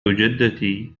جدتي